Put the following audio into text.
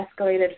escalated